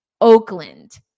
Oakland